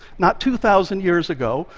not two thousand years ago,